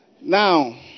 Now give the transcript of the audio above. Now